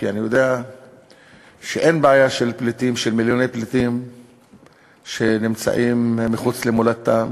כי אני יודע שאין בעיה של מיליוני פליטים שנמצאים מחוץ למולדתם,